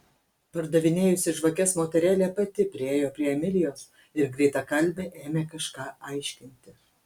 pardavinėjusi žvakes moterėlė pati priėjo prie emilijos ir greitakalbe ėmė kažką aiškinti